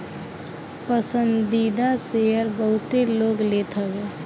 पसंदीदा शेयर बहुते लोग लेत हवे